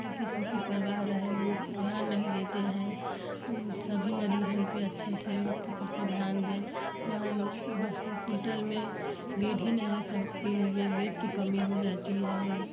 की किसी की परवाह रहे वो लोग ध्यान नहीं देते हैं सभी मरीजों पे अच्छे से की सब पे ध्यान दें वहाँ होस्पिटल में बेड ही नहीं है सबके लिए बेड की कमी हो जाती है